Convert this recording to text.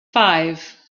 five